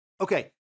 okay